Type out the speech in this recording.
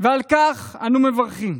ועל כך אנו מברכים.